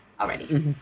already